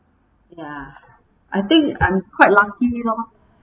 ya I think I'm quite lucky lor